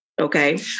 Okay